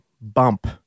bump